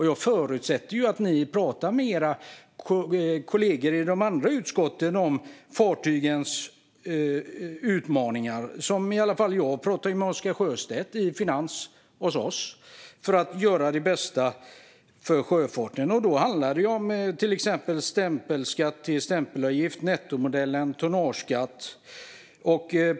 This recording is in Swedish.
Jag förutsätter att ni pratar med era kollegor i de andra utskotten om fartygens utmaningar. Jag pratar i alla fall med Oscar Sjöstedt i finansutskottet för att göra det bästa för sjöfarten. Då handlar det till exempel om att gå från stämpelskatt till stämpelavgift, en nettomodell och en tonnageskatt.